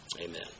Amen